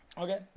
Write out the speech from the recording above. Okay